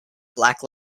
black